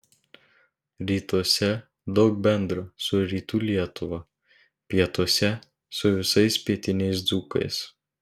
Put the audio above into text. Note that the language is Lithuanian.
rytuose daug bendra su rytų lietuva pietuose su visais pietiniais dzūkais